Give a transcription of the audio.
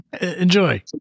Enjoy